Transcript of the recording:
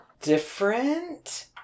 different